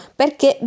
perché